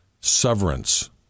severance